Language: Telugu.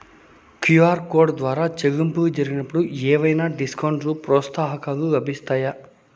క్యు.ఆర్ కోడ్ ద్వారా చెల్లింపులు జరిగినప్పుడు ఏవైనా డిస్కౌంట్ లు, ప్రోత్సాహకాలు లభిస్తాయా?